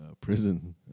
prison